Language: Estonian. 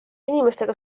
inimestega